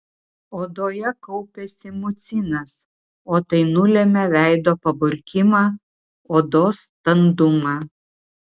odoje kaupiasi mucinas o tai nulemia veido paburkimą odos standumą